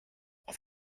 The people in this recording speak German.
auf